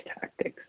tactics